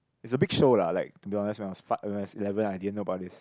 it's a big show lah like to be honest when I was when I was eleven I didn't know about this